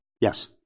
Yes